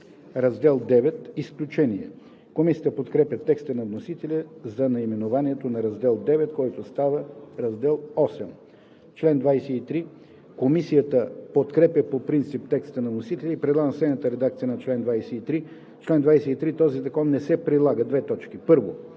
„Раздел ІХ – Изключения“. Комисията подкрепя текста на вносителя за наименованието на Раздел IX, който става Раздел VIII. Комисията подкрепя по принцип текста на вносителя и предлага следната редакция на чл. 23: „Чл. 23. Този закон не се прилага: 1. за